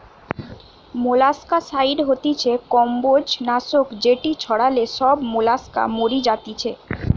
molluscicide হতিছে কম্বোজ নাশক যেটি ছড়ালে সব মোলাস্কা মরি যাতিছে